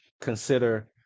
consider